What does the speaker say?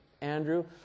Andrew